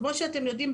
כמו שאתם יודעים,